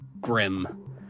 grim